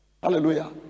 Hallelujah